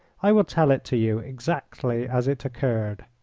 i will tell it to you exactly as it occurred.